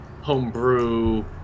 homebrew